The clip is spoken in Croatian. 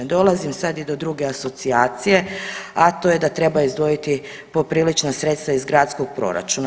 Dolazim sad i do druge asocijacije, a to je da treba izdvojiti poprilična sredstva iz gradskog proračuna.